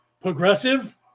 Progressive